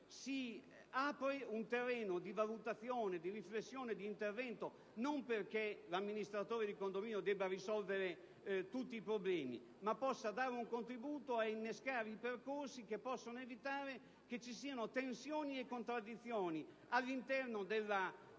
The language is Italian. da aprire un terreno di valutazione, di riflessione e di intervento, non perché l'amministratore di condominio debba risolvere tutti i problemi, ma perché possa dare un contributo a disinnescare percorsi che possono determinare tensioni e contraddizioni all'interno della dimensione